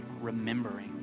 remembering